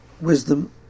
wisdom